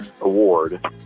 award